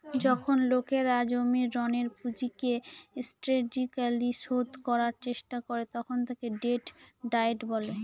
যখন লোকেরা জমির ঋণের পুঁজিকে স্ট্র্যাটেজিকালি শোধ করার চেষ্টা করে তখন তাকে ডেট ডায়েট বলে